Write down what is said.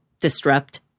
Disrupt